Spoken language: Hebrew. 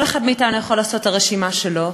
כל אחד מאתנו יכול לעשות את הרשימה שלו,